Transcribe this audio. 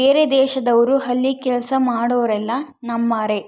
ಬೇರೆದೇಶದವ್ರು ಅಲ್ಲಿ ಕೆಲ್ಸ ಮಾಡೊರೆಲ್ಲ ನಮ್ಮರೇ